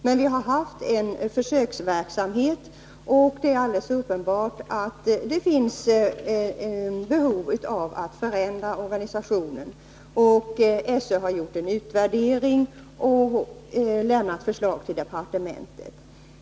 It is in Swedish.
Men vi har ju haft en försöksverksamhet, och det är alldeles uppenbart att det finns behov av att förändra organisationen. SÖ har gjort en utvärdering och lämnat förslag till departementet.